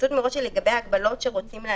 ההתייעצות מראש היא לגבי ההגבלות שרוצים להטיל.